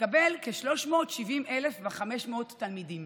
ונקבל כ-370,500 תלמידים.